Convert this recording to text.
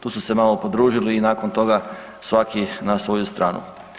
Tu su se malo podružili i nakon toga svaki na svoju stranu.